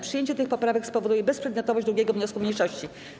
Przyjęcie tych poprawek spowoduje bezprzedmiotowość 2. wniosku mniejszości.